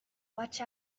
watch